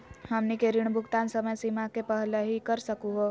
हमनी के ऋण भुगतान समय सीमा के पहलही कर सकू हो?